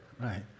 Right